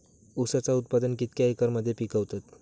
ऊसाचा उत्पादन कितक्या एकर मध्ये पिकवतत?